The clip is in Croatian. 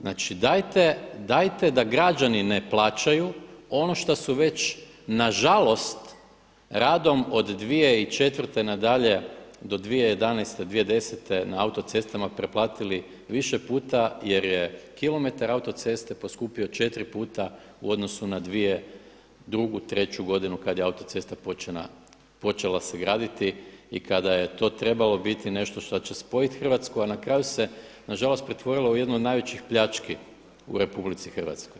Znači dajte da građani ne plaćaju ono šta su već nažalost radom od 2004. na dalje do 2010., 2011. na autocestama preplatili više puta jer je kilometar autoceste poskupio četiri puta u odnosu na 2002., 2003. godinu kada se autocesta počela graditi i kada je to trebalo biti nešto šta će spojiti Hrvatsku, a na kraju se nažalost pretvorilo u jednu od najvećih pljački u RH.